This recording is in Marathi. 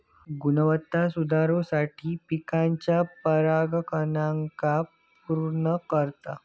गुणवत्ता सुधरवुसाठी पिकाच्या परागकणांका पुर्ण करता